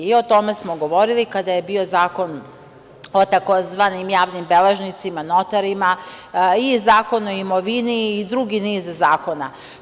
O tome smo govorili kada je bio zakon o tzv. javnim beležnicima, notarima i Zakon o imovini i drugi niz zakona.